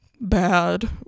bad